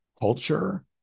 culture